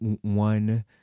one